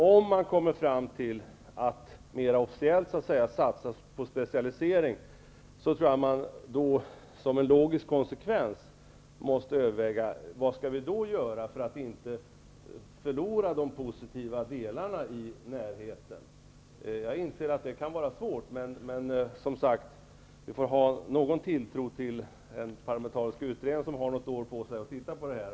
Om man satsar mera på specialisering tror jag att en logisk konsekvens är att man måste överväga vad man kan göra för att inte förlora de positiva delarna i närheten. Jag inser att det kan vara svårt, men vi måste, som sagt, ha någon tilltro till en parlamentarisk utredning som har något år på sig att titta på det här.